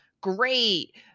great